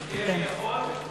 גברתי, אני יכול?